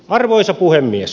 arvoisa puhemies